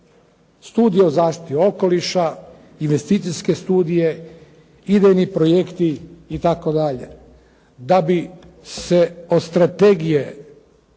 Studije o zaštiti okoliša, investicijske studije, idejni projekti itd. da bi se od strategije